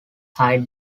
hide